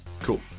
Cool